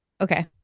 okay